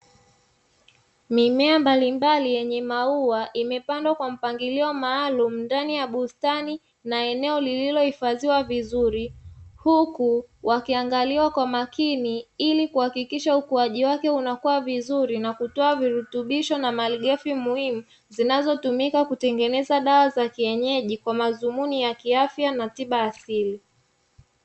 Mimea mbalimbali yenye maua, imepandwa kwa mpangilio maalumu ndani ya bustani na eneo lililohifadhiwa vizuri, uku wakiangaliwa kwa makini, ili kuhakikisha ukuaji wake unakua vizuri, na kutoa virutubisho na malighafi muhimu zinazotumika kutengeneza dawa za kienyeji, kwa madhumuni ya kiafya na tiba asili.